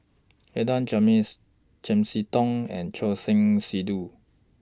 Adan Jimenez Chiam See Tong and Choor Singh Sidhu